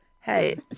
Hey